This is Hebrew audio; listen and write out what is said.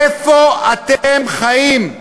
איפה אתם חיים?